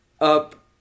up